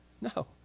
No